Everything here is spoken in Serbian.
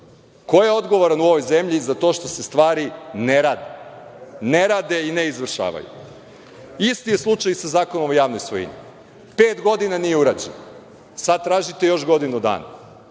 Ko je odgovoran u ovoj zemlji za to što se stvari ne rade i ne izvršavaju? Isti je slučaj i sa Zakonom o javnoj svojini, pet godina nije urađen, a sada tražite još godinu dana.